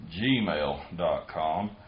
gmail.com